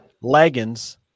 leggings